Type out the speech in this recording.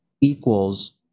equals